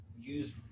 use